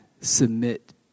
submit